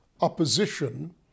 opposition